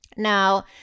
Now